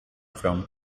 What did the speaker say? from